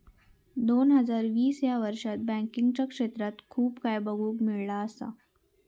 दोन हजार वीस ह्या वर्षात बँकिंगच्या क्षेत्रात खूप काय बघुक मिळाला असा